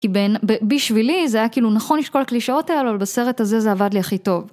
כי בעינ.. בשבילי זה היה כאילו נכון לי ש..כל הקלישאות האלו, אבל בסרט הזה זה עבד לי הכי טוב.